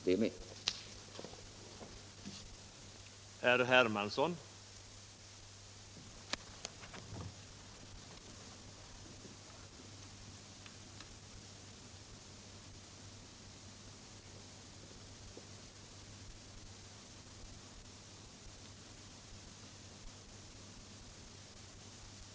5 december 1975